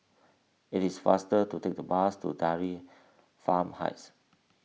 it is faster to take the bus to Dairy Farm Heights